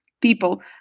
People